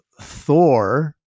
Thor